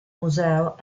museo